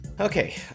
Okay